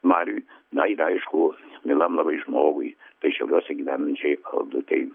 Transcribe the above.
mariui na ir aišku mielam labai žmogui tai šiauliuose gyvenančiai aldutei